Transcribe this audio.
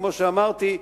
כמו שאמרתי,